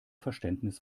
verständnis